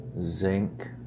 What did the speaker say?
zinc